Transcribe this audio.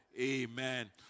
Amen